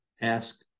ask